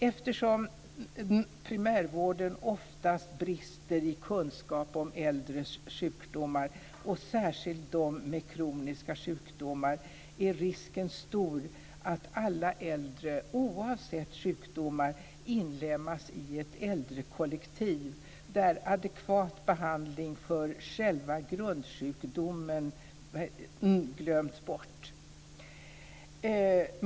Eftersom primärvården ofta brister i kunskap om äldres sjukdomar och särskilt om kroniska sjukdomar är risken stor att alla äldre, oavsett sjukdomar, inlemmas i ett äldrekollektiv där adekvat behandling för själva grundsjukdomen glöms bort.